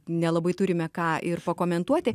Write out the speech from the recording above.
nelabai turime ką ir pakomentuoti